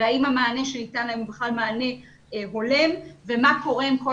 והאם המענה שניתן להם הוא בכלל מענה הולם ומה קורה עם כל